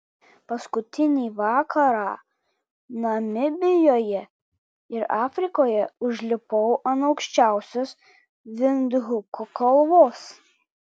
paskutinį vakarą namibijoje ir afrikoje užlipau ant aukščiausios vindhuko kalvos